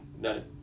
No